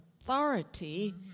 authority